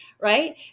right